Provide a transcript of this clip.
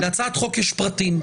להצעת חוק יש פרטים,